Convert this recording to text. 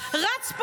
ישמור?